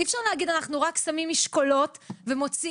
אי אפשר להגיד שאנחנו רק שמים משקולות ומוציאים,